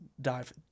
dive